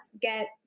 get